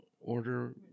order